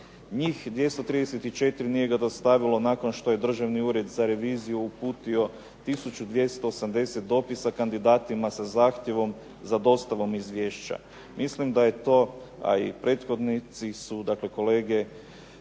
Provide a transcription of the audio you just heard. njih 234 nije ga dostavilo nakon što je Državni ured za reviziju uputio 1280 dopisa kandidatima sa zahtjevom za dostavom izvješća. Mislim da je to, a i prethodnici su dakle kolege